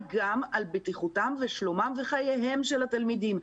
גם על בטיחותם ושלומם וחייהם של התלמידים.